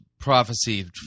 Prophecy